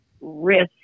risk